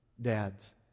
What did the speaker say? Dads